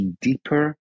deeper